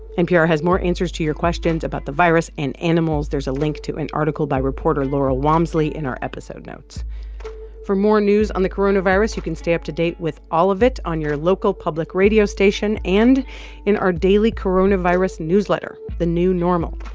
npr has more answers to your questions about the virus in animals. there's a link to an article by reporter laurel wamsley in our episode notes for more news on the coronavirus, you can stay up-to-date with all of it on your local public radio station and in our daily coronavirus newsletter, the new normal.